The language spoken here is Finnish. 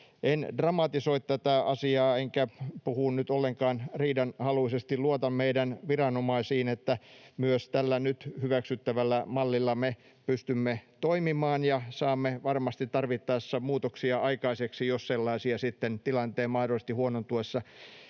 En dramatisoi tätä asiaa, enkä puhu nyt ollenkaan riidanhaluisesti. Luotan meidän viranomaisiimme, että myös tällä nyt hyväksyttävällä mallilla me pystymme toimimaan ja saamme varmasti tarvittaessa muutoksia aikaiseksi, jos sellaisia sitten tilanteen mahdollisesti huonontuessa